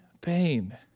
pain